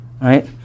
right